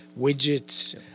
widgets